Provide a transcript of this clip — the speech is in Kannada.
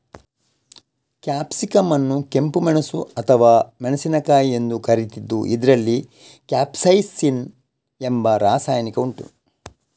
ಕ್ಯಾಪ್ಸಿಕಂ ಅನ್ನು ಕೆಂಪು ಮೆಣಸು ಅಥವಾ ಮೆಣಸಿನಕಾಯಿ ಎಂದು ಕರೀತಿದ್ದು ಇದ್ರಲ್ಲಿ ಕ್ಯಾಪ್ಸೈಸಿನ್ ಎಂಬ ರಾಸಾಯನಿಕ ಉಂಟು